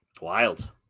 Wild